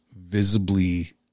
visibly